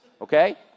okay